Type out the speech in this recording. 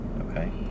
Okay